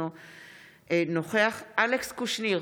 אינו נוכח אלכס קושניר,